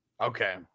Okay